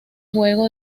juego